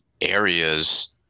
areas